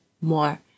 more